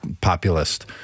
populist